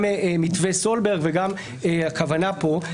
גם מתווה סולברג וגם הכוונה פה,